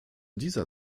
dieser